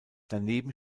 daneben